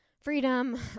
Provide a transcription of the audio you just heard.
freedom